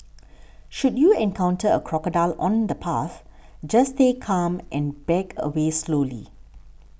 should you encounter a crocodile on the path just stay calm and back away slowly